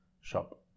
shop